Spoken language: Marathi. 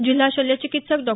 जिल्हा शल्य चिकित्सक डॉ